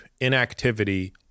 inactivity